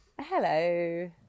Hello